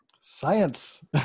science